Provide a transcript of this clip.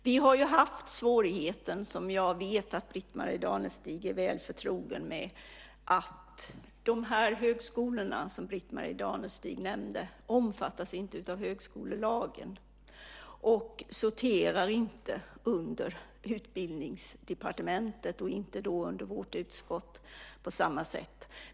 Vi har haft den svårigheten - som jag vet att Britt-Marie Danestig är väl förtrogen med - att de högskolor som Britt-Marie Danestig nämnde inte omfattas av högskolelagen och inte sorterar under Utbildningsdepartementet och inte heller under vårt utskott på samma sätt.